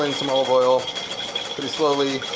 some olive oil pretty slowly.